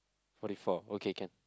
forty four okay can